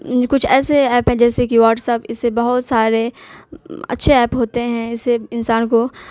کچھ ایسے ایپ ہیں جیسے کہ واٹسپ اس سے بہت سارے اچھے ایپ ہوتے ہیں اسے انسان کو